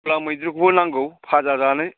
मुला मैद्रुखौबो नांगौ भाजा जानो